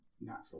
natural